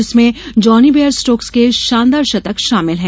जिसमें Jonny Bairstow के शानदार शतक शामिल है